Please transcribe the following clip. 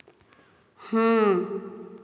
ହଁ